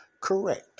correct